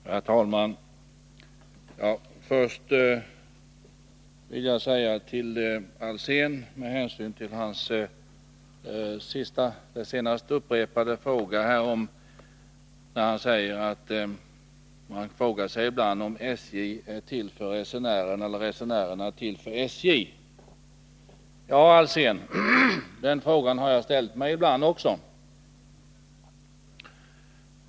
Herr talman! Först vill jag ta upp det Hans Alsén sade om att man ibland frågar sig om SJ är till för resenärerna eller resenärerna för SJ. Ja, Hans Alsén, den frågan har jag också ibland ställt mig.